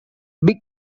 big